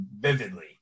vividly